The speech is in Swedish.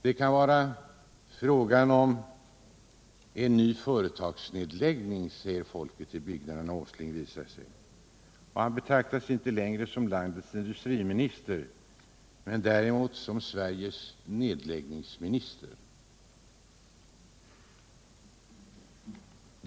Det kan vara fråga om en ny företagsnedläggning, säger folket i bygderna när Åsling visar sig. Han betraktas numera inte längre som landets industriminister, men däremot som Sveriges nedläggningsminister.